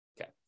Okay